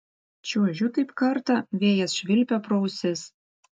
čiuožiu taip kartą vėjas švilpia pro ausis